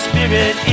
Spirit